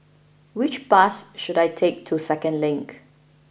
which bus should I take to Second Link